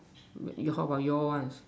how about your [one]